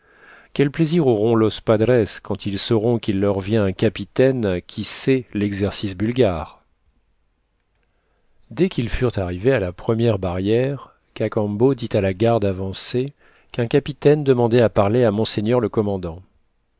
quel plaisir auront los padres quand ils sauront qu'il leur vient un capitaine qui sait l'exercice bulgare dès qu'ils furent arrivés à la première barrière cacambo dit à la garde avancée qu'un capitaine demandait à parler à monseigneur le commandant